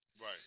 Right